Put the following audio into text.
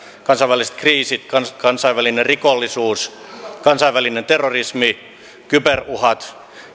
kansainväliset kriisit kansainvälinen rikollisuus kansainvälinen terrorismi kyberuhat